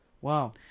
wow